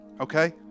okay